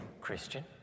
Christian